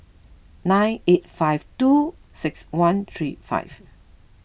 nine eight five two six one three five